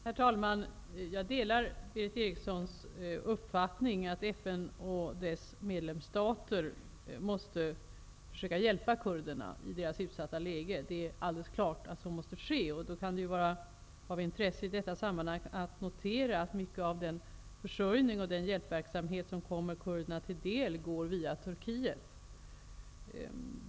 Herr talman! Jag delar Berith Erikssons uppfattning att FN och dess medlemsstater måste försöka hjälpa kurderna i deras utsatta läge. Det är alldeles klart att så måste ske. Det kan vara av intresse att i detta sammanhang notera att mycket av den försörjning och hjälpverksamhet som kommer kurderna till del går via Turkiet.